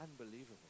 Unbelievable